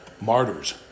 Martyrs